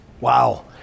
wow